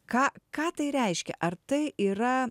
ką ką tai reiškia ar tai yra